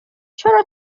چرا